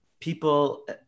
people